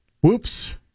whoops